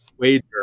wager